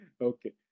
Okay